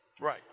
Right